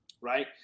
Right